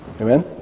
Amen